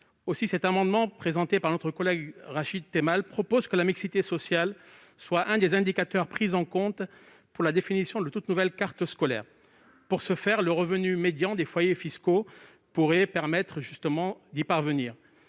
Aussi, cet amendement présenté par notre collègue Rachid Temal propose que la mixité sociale soit un des indicateurs pris en compte pour la définition de toute nouvelle carte scolaire. Pour ce faire, le revenu médian des foyers fiscaux pourrait permettre d'y parvenir.